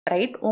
Right